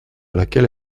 laquelle